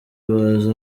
bazi